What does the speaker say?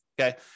okay